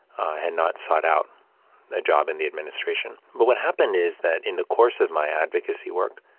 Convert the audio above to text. and not sought out a job in the administration, but what happened is that in the course of my advocacy work,